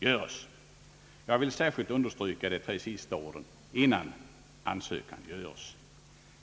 göres. Jag vill särskilt understryka de tre sista orden, innan ansökan göres.